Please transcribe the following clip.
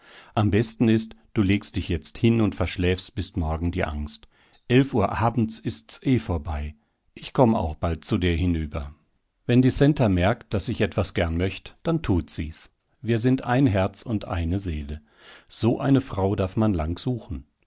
am besten ist du legst dich jetzt hin und verschläfst bis morgen die angst elf uhr abends ist's eh vorbei ich komm auch bald zu dir hinüber wenn die centa merkt daß ich etwas gern möcht dann tut sie's wir sind ein herz und eine seele so eine frau darf man lang suchen